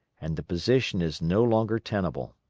and the position is no longer tenable.